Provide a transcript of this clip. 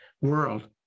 world